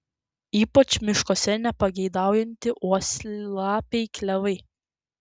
ypač miškuose nepageidautini uosialapiai klevai